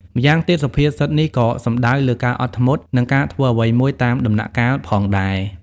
ម្យ៉ាងទៀត សុភាសិតនេះក៏សំដៅលើការអត់ធ្មត់ និងការធ្វើអ្វីមួយតាមដំណាក់កាលផងដែរ។